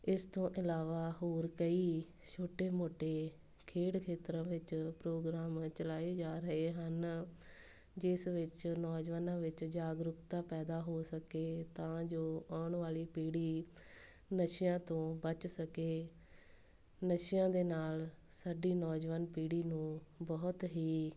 ਇਸ ਤੋਂ ਇਲਾਵਾ ਹੋਰ ਕਈ ਛੋਟੇ ਮੋਟੇ ਖੇਡ ਖੇਤਰਾਂ ਵਿੱਚ ਪ੍ਰੋਗਰਾਮ ਚਲਾਏ ਜਾ ਰਹੇ ਹਨ ਜਿਸ ਵਿੱਚ ਨੌਜਵਾਨਾਂ ਵਿੱਚ ਜਾਗਰੂਕਤਾ ਪੈਦਾ ਹੋ ਸਕੇ ਤਾਂ ਜੋ ਆਉਣ ਵਾਲੀ ਪੀੜ੍ਹੀ ਨਸ਼ਿਆਂ ਤੋਂ ਬਚ ਸਕੇ ਨਸ਼ਿਆਂ ਦੇ ਨਾਲ਼ ਸਾਡੀ ਨੌਜਵਾਨ ਪੀੜ੍ਹੀ ਨੂੰ ਬਹੁਤ ਹੀ